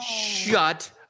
shut